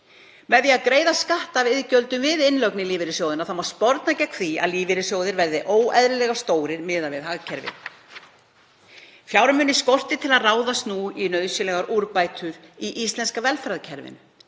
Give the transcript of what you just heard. Með því að greiða skatta af iðgjöldum við innlögn í lífeyrissjóði má sporna gegn því að lífeyrissjóðir verði óeðlilega stórir miðað við stærð hagkerfisins. Fjármuni skortir til að ráðast í nauðsynlegar úrbætur á íslenska velferðarkerfinu.